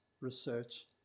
research